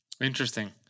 Interesting